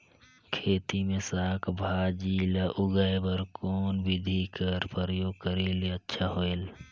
खेती मे साक भाजी ल उगाय बर कोन बिधी कर प्रयोग करले अच्छा होयल?